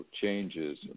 changes